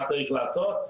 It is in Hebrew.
מה צריכים לעשות,